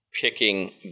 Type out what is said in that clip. picking